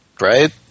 right